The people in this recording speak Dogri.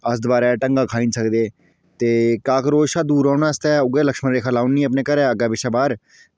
अस दोबारै ढंगा खाई निं सकदे ते कॉक्रोच कशा दूर रौह्ने आस्तै उऐ लक्ष्मणरेखा लाई ओड़नी अपने घरै दे अंदरें पिच्छें बाह्र